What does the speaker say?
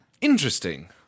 Interesting